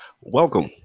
Welcome